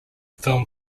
film